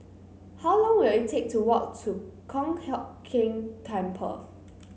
how long will it take to walk to Kong Hock Keng Temple